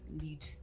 lead